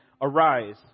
Arise